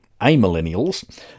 a-millennials